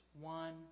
one